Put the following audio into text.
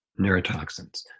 neurotoxins